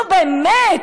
נו, באמת.